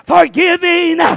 Forgiving